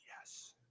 Yes